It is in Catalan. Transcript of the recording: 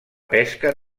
pesca